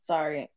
Sorry